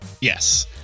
yes